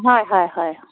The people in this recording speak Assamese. হয় হয় হয়